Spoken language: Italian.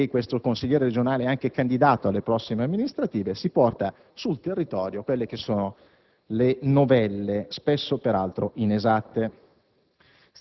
poiché questo consigliere regionale è anche candidato alle prossime amministrative, porta sul territorio novelle, spesso peraltro inesatte.